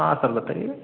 हाँ सर बताइए